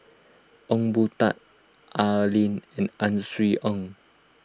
Ong Boon Tat Oi Lin N Ang Swee Aun